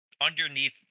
underneath